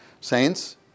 Saints